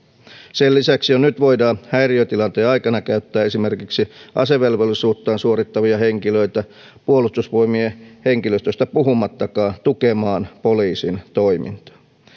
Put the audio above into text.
sen lisäksi jo nyt voidaan häiriötilanteen aikana käyttää esimerkiksi asevelvollisuuttaan suorittavia henkilöitä puolustusvoimien henkilöstöstä puhumattakaan tukemaan poliisin toimintaa